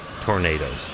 tornadoes